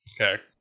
Okay